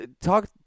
talk